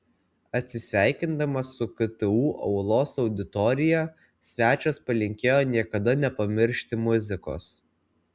atsisveikindamas su ktu aulos auditorija svečias palinkėjo niekada nepamiršti muzikos